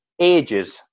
ages